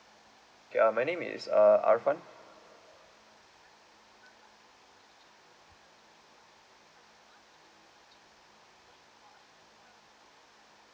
ya my name is uh arfan